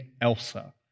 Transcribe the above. Elsa